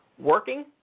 working